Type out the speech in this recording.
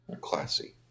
Classy